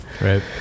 right